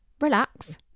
relax